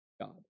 God